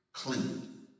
Clean